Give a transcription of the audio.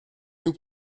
nous